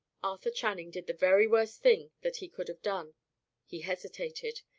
arthur channing did the very worst thing that he could have done he hesitated.